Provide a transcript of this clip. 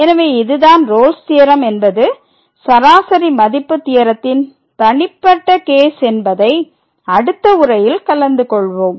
எனவே இதுதான் Rolle's theorem என்பது சராசரி மதிப்பு தியரத்தின் தனிப்பட்ட கேஸ் என்பதை அடுத்த உரையில் கலந்து கொள்வோம்